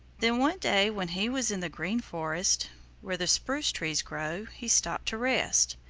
then one day when he was in the green forest where the spruce-trees grow, he stopped to rest.